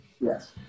Yes